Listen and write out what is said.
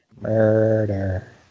Murder